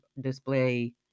display